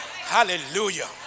Hallelujah